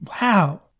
Wow